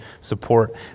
support